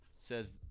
Says